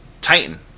titan